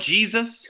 Jesus